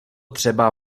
třeba